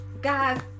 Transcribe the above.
Guys